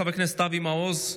חבר כנסת אבי מעוז,